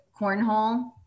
cornhole